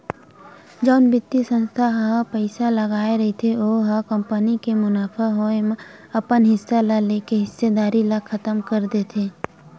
जउन बित्तीय संस्था ह पइसा लगाय रहिथे ओ ह कंपनी के मुनाफा होए म अपन हिस्सा ल लेके हिस्सेदारी ल खतम कर देथे